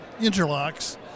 interlocks